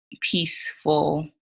peaceful